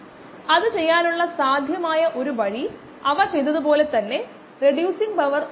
എന്നിരുന്നാലും പ്രശ്ന പരിഹാരത്തിനുള്ള ഈ കഴിവുകൾ നമ്മൾ തിരഞ്ഞെടുക്കേണ്ടതുണ്ടെന്ന് ഞാൻ വിശ്വസിക്കുന്നു